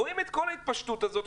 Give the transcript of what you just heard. רואים את כל ההתפשטות הזאת,